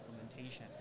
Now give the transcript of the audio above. implementation